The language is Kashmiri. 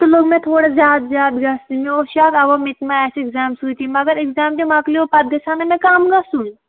تہِ لوٚگ مےٚ تھوڑا زیادٕ زیادٕ گژھ نہِ مےٚ اوس شَک اَوا مےٚ تہِ ما آسہِ ایٚکزام سۭتی مگر ایٚکزام تہِ مۅکلیٛو پَتہٕ گژھِ ہا نہٕ مےٚ کَم گژھُن